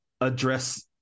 address